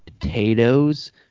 potatoes